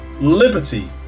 liberty